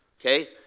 Okay